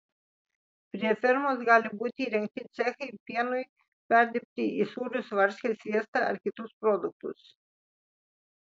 prie fermos gali būti įrengti cechai pienui perdirbti į sūrius varškę sviestą ar kitus produktus